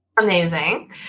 Amazing